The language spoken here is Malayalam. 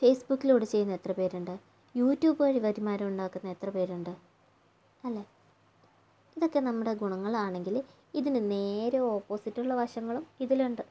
ഫേസ്ബുക്കിലൂടെ ചെയ്യുന്ന എത്ര പേരുണ്ട് യൂട്യൂബ് വഴി വരുമാനം ഉണ്ടാക്കുന്ന എത്ര പേരുണ്ട് അല്ലേൽ ഇതൊക്കെ നമ്മുടെ ഗുണങ്ങളാണെങ്കിൽ ഇതിനു നേരെ ഓപ്പോസിറ്റുള്ള വശങ്ങളും ഇതിലുണ്ട്